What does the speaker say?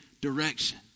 direction